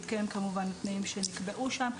כמובן בהתקיים התנאים שנקבעו שם,